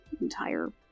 entire